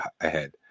ahead